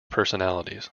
personalities